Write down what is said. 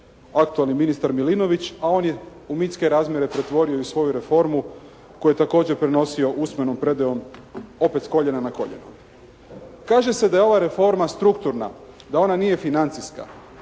aktualni ministar Milinović a on je u mitske razmjere pretvorio i svoju reformu koju je također prenosio usmenom predajom opet s koljena na koljeno. Kaže se da je ova reforma strukturna, da ona nije financijska.